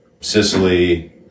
Sicily